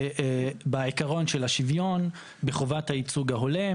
בעיקרון של שוויון, בחובת הייצוג ההולם.